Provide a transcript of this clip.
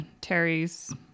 Terry's